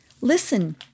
Listen